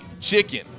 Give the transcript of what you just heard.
chicken